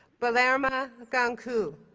bolormaa gankhuu,